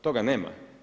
Toga nema.